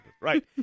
Right